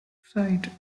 sites